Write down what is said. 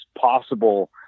possible